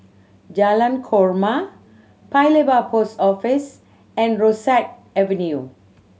Jalan Korma Paya Lebar Post Office and Rosyth Avenue